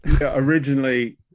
Originally